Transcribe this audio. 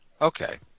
Okay